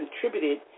contributed